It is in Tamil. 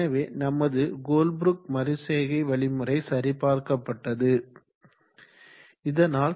எனவே நமது கோல்ப்ரூக் மறுசெய்கை வழிமுறை சரிபார்க்ப்பட்டது இதனால்